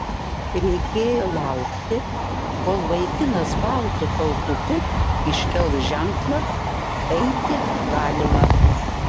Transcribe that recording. reikėjo laukti kol vaikinas baltu paltuku iškels ženklą eiti galima